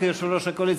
היושב-ראש, יש נמנע אחד.